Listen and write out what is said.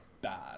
bad